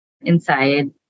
inside